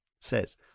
says